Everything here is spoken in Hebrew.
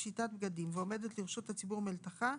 פשיטת בגדים ועומדת לרשות הציבור מלתחה,